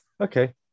Okay